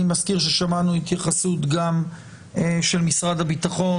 אני מזכיר ששמענו התייחסות גם של משרד הביטחון